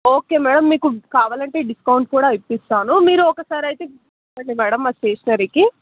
okay madam మీకు కావాలంటే discount కూడా ఇప్పిస్తాను మీరు ఒకసారి అయితే షాప్ రండి మ్యాడమ్ మా స్టేషనరికి